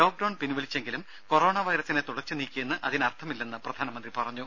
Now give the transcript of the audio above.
lockdown പിൻവലിച്ചെങ്കിലും corona വൈറസിനെ തുടച്ചുനീക്കിയെന്ന് അതിനർത്ഥമില്ലെന്നും പ്രധാനമന്ത്രി പറഞ്ഞു